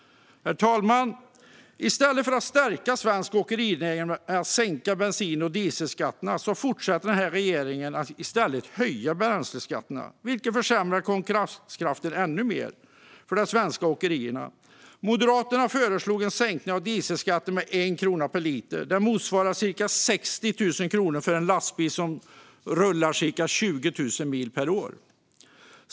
Herr talman! I stället för att stärka svensk åkerinäring genom att sänka bensin och dieselskatterna fortsätter regeringen att höja bränsleskatterna, vilket försämrar konkurrenskraften ännu mer för de svenska åkerierna. Moderaterna föreslog en sänkning av dieselskatten med 1 krona per liter. Det motsvarar ca 60 000 kronor för en lastbil som rullar ca 20 000 mil per år.